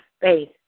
faith